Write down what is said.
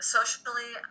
Socially